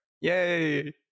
Yay